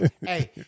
Hey